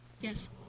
Yes